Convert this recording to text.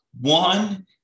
One